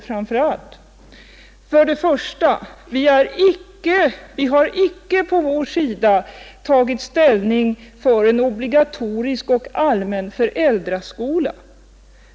För det första har vi icke på vår sida tagit ställning för en obligatorisk och allmän föräldraskola.